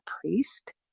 priest